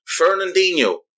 Fernandinho